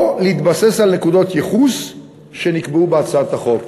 או להתבסס על נקודות ייחוס שנקבעו בהצעת החוק,